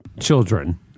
children